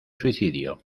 suicidio